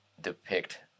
depict